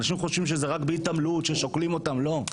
אנשים חושבים שזה רק בהתעמלות ששוקלים אותם לא,